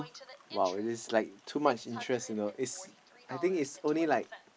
!wow! it is like too much interest you know is I think is only like